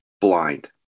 blind